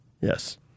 Yes